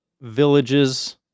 villages